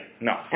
No